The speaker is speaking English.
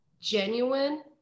genuine